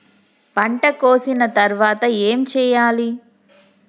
పంట కోసిన తర్వాత ఏం చెయ్యాలి?